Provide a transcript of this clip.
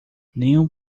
nenhum